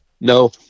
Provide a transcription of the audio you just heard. No